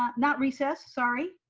not not recess sorry.